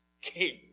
king